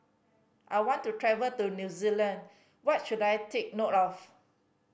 I want to travel to New Zealand What should I take note of